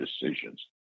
decisions